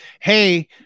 hey